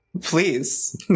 Please